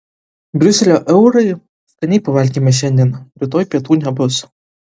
briuselio eurai skaniai pavalgėme šiandien rytoj pietų nebus